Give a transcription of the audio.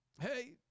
Hey